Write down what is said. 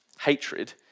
Hatred